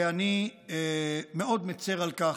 ואני מאוד מצר על כך.